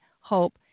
hope